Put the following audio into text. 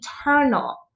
eternal